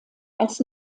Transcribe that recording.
als